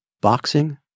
boxing